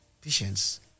patients